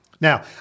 Now